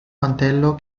mantello